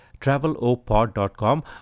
Travelopod.com